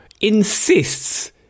insists